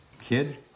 Kid